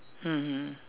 mmhmm